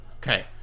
Okay